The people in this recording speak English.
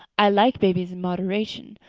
i like babies in moderation,